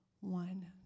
one